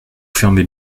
fermez